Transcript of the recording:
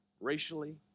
racially